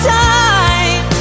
time